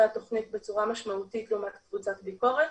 התוכנית בצורה משמעותית לעומת קבוצת הביקורת,